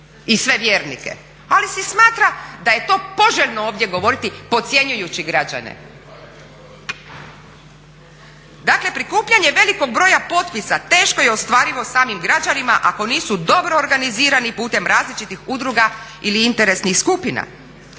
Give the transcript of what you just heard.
i sve vjernike. Ali se i smatra da je to poželjno ovdje govoriti, podcjenjujući građane. Dakle prikupljanje velikog broja popisa teško je ostvarivo samim građanima ako nisu dobro organizirani putem različitih udruga ili interesnih skupina.